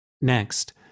Next